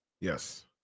Yes